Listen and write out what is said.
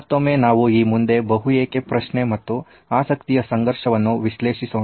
ಮತ್ತೊಮ್ಮೆ ನಾವು ಈ ಮುಂದೆ ಬಹು ಏಕೆ ಪ್ರಶ್ನೆ ಮತ್ತು ಆಸಕ್ತಿಯ ಸಂಘರ್ಷವನ್ನು ವಿಶ್ಲೇಷಿಸಿಸೋಣ